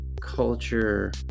culture